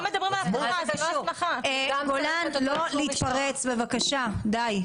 --- לא להתפרץ, די.